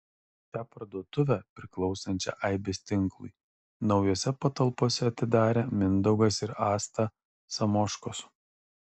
šią parduotuvę priklausančią aibės tinklui naujose patalpose atidarė mindaugas ir asta samoškos